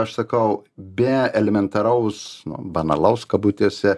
aš sakau be elementaraus nu banalaus kabutėse